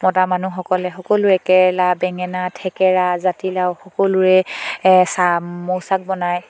মতা মানুহসকলে সকলোৱে কেৰেলা বেঙেনা থেকেৰা জাতিলাও সকলোৰে চা মৌচাক বনায়